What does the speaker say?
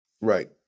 Right